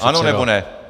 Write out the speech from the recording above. Ano, nebo ne?